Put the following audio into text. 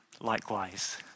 likewise